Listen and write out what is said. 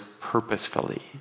purposefully